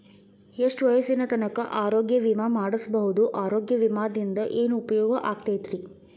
ಎಷ್ಟ ವಯಸ್ಸಿನ ತನಕ ಆರೋಗ್ಯ ವಿಮಾ ಮಾಡಸಬಹುದು ಆರೋಗ್ಯ ವಿಮಾದಿಂದ ಏನು ಉಪಯೋಗ ಆಗತೈತ್ರಿ?